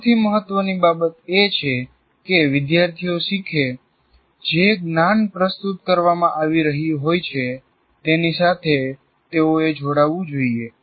સૌથી મહત્વની બાબત એ છે કે વિદ્યાર્થીઓ શીખે જે જ્ઞાન પ્રસ્તુત કરવામાં આવી રહ્યું હોય છે તેની સાથે તેઓએ જોડાવું જોઈએ